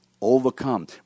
overcome